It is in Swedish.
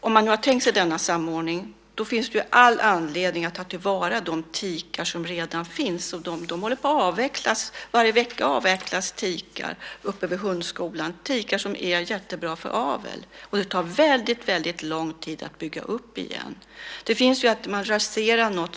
Om man nu har tänkt sig denna samordning finns det all anledning att ta till vara de tikar som finns. De håller på att avvecklas. Varje vecka avvecklas det tikar vid hundskolor, tikar som är jättebra för aveln. Det tar väldigt lång tid att bygga upp det igen.